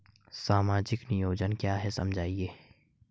सामाजिक नियोजन क्या है समझाइए?